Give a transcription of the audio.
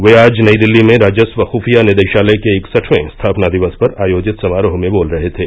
वे आज नई दिल्ली में राजस्व खुफिया निदेशालय के इकसठवें स्थापना दिवस पर आयोजित सम्मेलन में बोल रहे थे